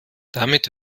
damit